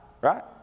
right